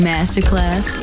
Masterclass